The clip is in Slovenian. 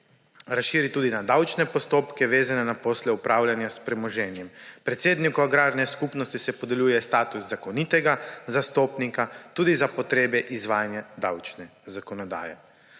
razširi tudi na davčne postopke, vezane na posle upravljanja s premoženjem. Predsedniku agrarne skupnosti se podeljuje status zakonitega zastopnika tudi za potrebe izvajanja davčne zakonodaje.